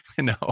No